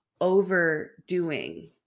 overdoing